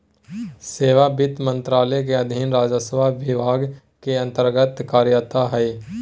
सेवा वित्त मंत्रालय के अधीन राजस्व विभाग के अन्तर्गत्त कार्यरत हइ